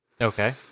Okay